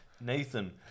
Nathan